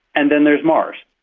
and then there is mars.